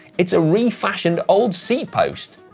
it's a refashioned old seat post.